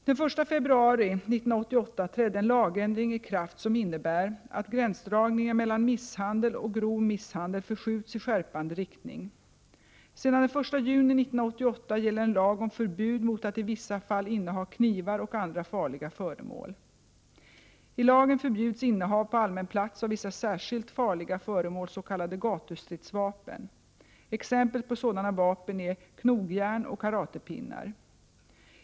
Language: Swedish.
Den 1 februari 1988 trädde en lagändring i kraft som innebär att gränsdragningen mellan misshandel och grov misshandel förskjutits i skärpande riktning. Sedan den 1 juni 1988 gäller en lag om förbud mot att i vissa fall inneha knivar och andra farliga föremål. I lagen förbjuds innehav på allmän plats av vissa särskilt farliga föremål — s.k. gatustridsvapen. Exempel på sådana vapen är knogjärn och karatepinnar.